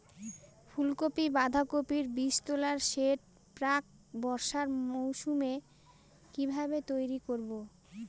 ফুলকপি বাধাকপির বীজতলার সেট প্রাক বর্ষার মৌসুমে কিভাবে তৈরি করব?